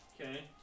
Okay